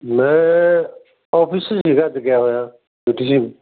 ਮੈਂ ਆਫਿਸ 'ਚ ਸੀਗਾ ਅੱਜ ਗਿਆ ਹੋਇਆ ਤੁਸੀਂ